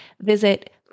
Visit